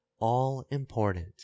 all-important